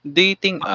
dating